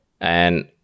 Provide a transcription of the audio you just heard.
And-